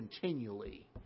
continually